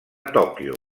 tòquio